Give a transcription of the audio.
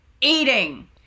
eating